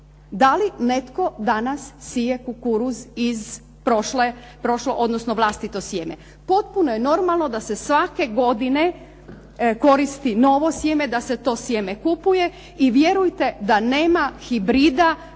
Da li netko danas sije kukuruz iz prošle, odnosno vlastito sjeme? Potpuno je normalno da se svake godine koristi novo sjeme, da se to sjeme kupuje i vjerujte da nema hibrida